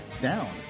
down